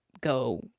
go